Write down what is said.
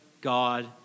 God